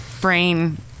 brain